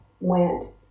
went